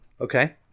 Okay